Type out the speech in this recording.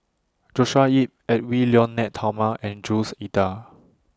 Joshua Ip Edwy Lyonet Talma and Jules Itier